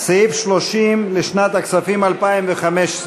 סעיף 30 לשנת הכספים 2015,